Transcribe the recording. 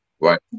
right